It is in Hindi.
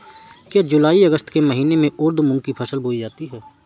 क्या जूलाई अगस्त के महीने में उर्द मूंग की फसल बोई जाती है?